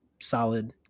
solid